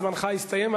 זמנך הסתיים,